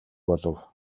болов